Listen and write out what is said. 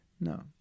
No